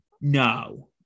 No